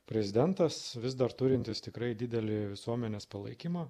prezidentas vis dar turintis tikrai didelį visuomenės palaikymą